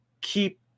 keep